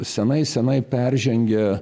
senai senai peržengę